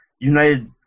United